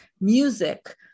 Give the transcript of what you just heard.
music